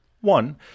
One